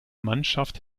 mannschaft